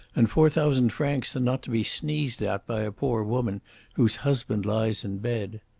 and four thousand francs are not to be sneezed at by a poor woman whose husband lies in bed.